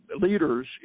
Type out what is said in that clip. leaders